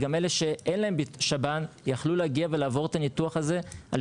כי עכשיו גם אלה שאין להם שב"ן יכלו להגיע ולעבור את הניתוח הזה על